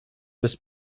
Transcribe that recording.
bez